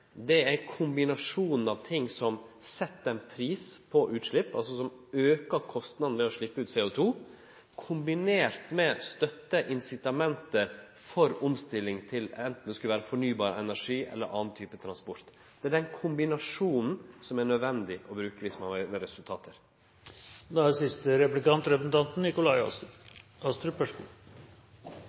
klimapolitikken, er kombinasjonen av ting som set ein pris på utslepp, altså tiltak som aukar kostnadene ved å sleppe ut CO2, kombinert med å støtte incitamentet for omstilling – enten det er til fornybar energi eller til annan type transport. Det er den kombinasjonen som er nødvendig å bruke